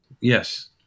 Yes